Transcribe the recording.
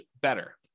better